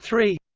three